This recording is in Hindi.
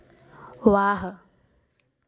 वाह